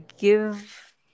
give